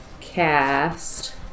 cast